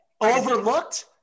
Overlooked